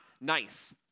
nice